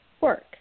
work